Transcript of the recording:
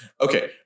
Okay